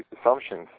assumptions